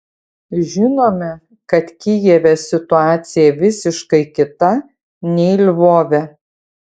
žinome kad kijeve situacija visiškai kita nei lvove